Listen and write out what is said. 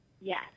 Yes